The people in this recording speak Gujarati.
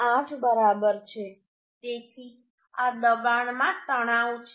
8 બરાબર છે તેથી આ દબાણમાં તણાવ છે